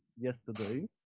yesterday